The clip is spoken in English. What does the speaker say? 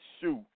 shoot